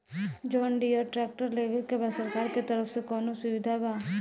John Deere tractor लेवे के बा सरकार के तरफ से कौनो सुविधा बा?